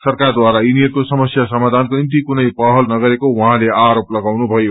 सरकारद्वारा यिनीहरूको समस्या समाधानको निम्ति कुनै पहल नगरेको उहाँले आरोप लागाउनुभयो